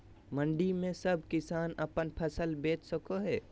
मंडी में सब किसान अपन फसल बेच सको है?